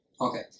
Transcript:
Okay